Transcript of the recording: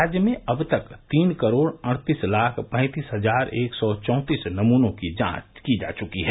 राज्य में अब तक तीन करोड़ अड़तीस लाख पैंतीस हजार एक सौ चौंतीस नमूनो की जांच की जा चुकी है